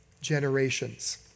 generations